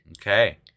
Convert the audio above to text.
Okay